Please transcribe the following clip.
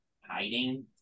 hiding